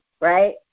right